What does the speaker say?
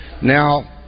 now